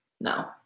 no